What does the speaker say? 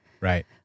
Right